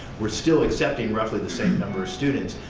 we're still accepting roughly the same number of students,